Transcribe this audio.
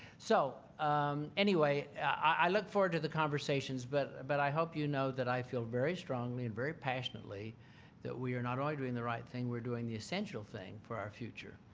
so anyway, i look forward to the conversations, but but i hope you know that i feel very strongly and very passionately that we are not only doing the right thing. we're doing the essential thing for our future.